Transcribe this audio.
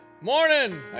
morning